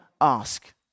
ask